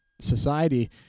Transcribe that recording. society